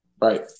Right